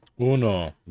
uno